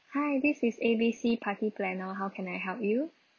hi this is A_B_C party planner our how can I help you